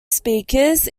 speakers